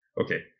Okay